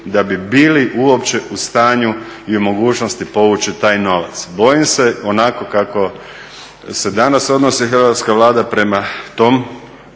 da bi bili uopće u stanju i mogućnosti povući taj novac. Bojim se da onako kako se danas odnosi hrvatska Vlada prema tom